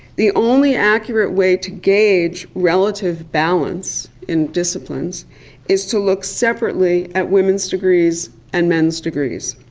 the only accurate way to gauge relative balance in disciplines is to look separately at women's degrees and men's degrees.